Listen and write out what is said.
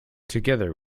together